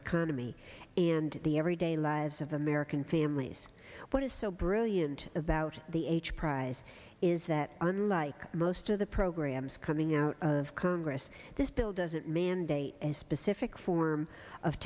economy and the everyday lives of american families what is so brilliant about the age prize is that unlike most of the programs coming out of congress this bill doesn't mandate a specific form of